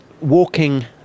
walking